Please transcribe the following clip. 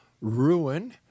ruin